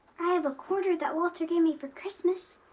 i have a quarter that walter gave me for christmas.